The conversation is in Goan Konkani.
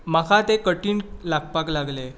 म्हाका तें कठीण लागपाक लागलें